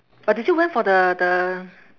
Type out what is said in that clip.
but did you went for the the